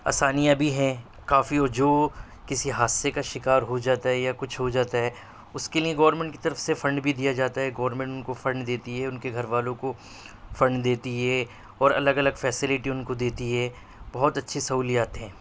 آسانیاں بھی ہیں کافی جو کسی حادثے کا شکار ہو جاتا ہے یا کچھ ہو جاتا ہے اس کے لیے گورنمنٹ کی طرف سے فنڈ بھی دیا جاتا ہے گورنمنٹ ان کو فنڈ دیتی ہے اور ان کے گھر والوں کو فنڈ دیتی ہے اور الگ الگ فیسلٹی ان کو دیتی ہے بہت اچھی سہولیات ہیں